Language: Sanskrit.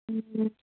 ह्म्